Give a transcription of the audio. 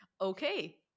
Okay